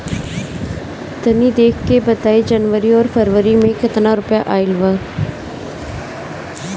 तनी देख के बताई कि जौनरी आउर फेबुयारी में कातना रुपिया आएल बा?